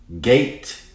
Gate